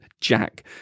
Jack